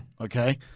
Okay